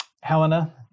Helena